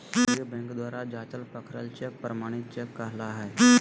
केंद्रीय बैंक द्वारा जाँचल परखल चेक प्रमाणित चेक कहला हइ